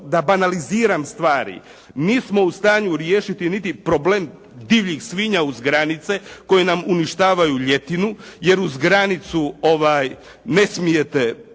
da banaliziram stvari, nismo u stanju riješiti niti problem divljih svinja uz granice koje nam uništavaju ljetinu, jer uz granicu ne smijete